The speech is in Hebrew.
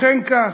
אכן כך.